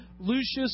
Lucius